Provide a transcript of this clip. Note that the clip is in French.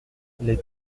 les